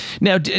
now